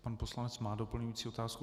Pan poslanec má doplňující otázku.